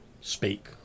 speak